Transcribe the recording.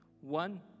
One